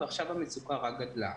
ועכשיו המצוקה רק גדלה.